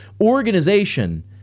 Organization